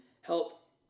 help